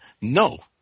No